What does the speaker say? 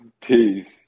Peace